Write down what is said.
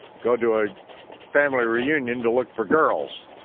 go to a family reunion to look for girls.